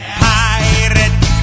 pirate